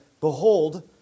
Behold